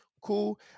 Cool